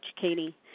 Katie